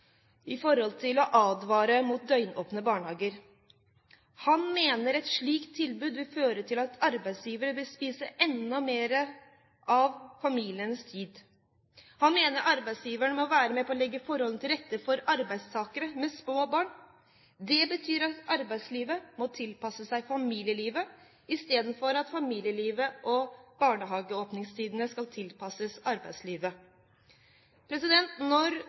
å advare mot døgnåpne barnehager. Han mener et slikt tilbud vil føre til at arbeidsgiverne vil spise enda mer av familienes tid. Han mener arbeidsgiverne må være med på å legge forholdene til rette for arbeidstakere med små barn. Det betyr at arbeidslivet må tilpasse seg familielivet, i stedet for at familielivet og barnehageåpningstidene skal tilpasses arbeidslivet. Når